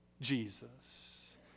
Jesus